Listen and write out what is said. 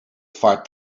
vaart